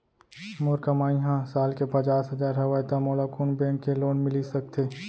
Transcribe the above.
मोर कमाई ह साल के पचास हजार हवय त मोला कोन बैंक के लोन मिलिस सकथे?